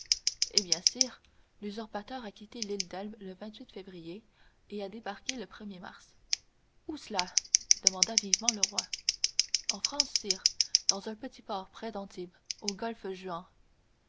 eh bien sire l'usurpateur a quitté l'île d'elbe le février et a débarqué le er mars où cela demanda vivement le roi en france sire dans un petit port près d'antibes au golfe